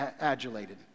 adulated